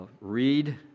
read